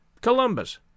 Columbus